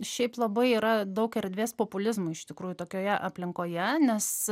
šiaip labai yra daug erdvės populizmui iš tikrųjų tokioje aplinkoje nes